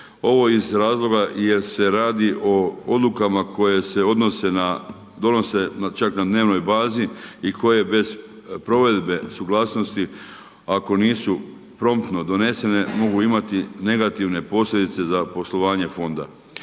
Ovo iz razloga jer se radi o odlukama koje se donose čak na dnevnoj bazi i koje bez provedbe suglasnosti ako nisu promptno donesene, mogu imati negativne posljedice za poslovanje fonda.